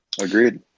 agreed